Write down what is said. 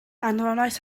anfonais